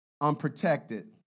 unprotected